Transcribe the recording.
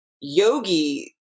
yogi